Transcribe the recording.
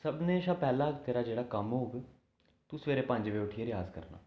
सभनें शा पैह्ला तेरा जेह्ड़ा कम्म होग तूं सवेरै पंज बजे उट्ठियै रेयाज करना